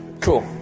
Cool